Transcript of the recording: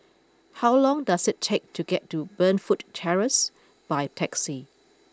how long does it take to get to Burnfoot Terrace by taxi